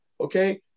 okay